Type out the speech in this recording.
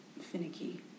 finicky